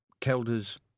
Kelders